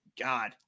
God